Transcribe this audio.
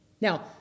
Now